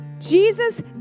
Jesus